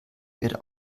wird